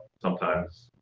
sometimes,